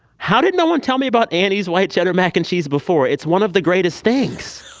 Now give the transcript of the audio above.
how did no one tell me about annie's white cheddar mac and cheese before? it's one of the greatest things